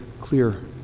clear